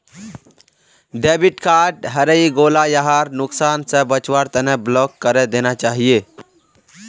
debit card हरई गेला यहार नुकसान स बचवार तना ब्लॉक करे देना चाहिए